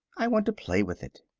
i want to play with it.